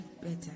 better